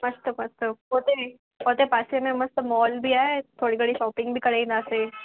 मस्त मस्त पोइ त इते उते पासे में मस्तु मॉल बि आहे थोरी घणी शॉपिंग बि करे ईंदासीं